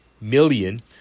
million